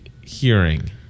hearing